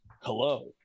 hello